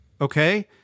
okay